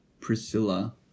Priscilla